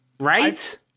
Right